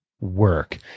work